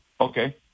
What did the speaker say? Okay